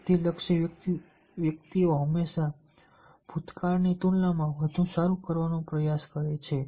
સિદ્ધિ લક્ષી વ્યક્તિઓ હંમેશા ભૂતકાળની તુલનામાં વધુ સારું કરવાનો પ્રયાસ કરે છે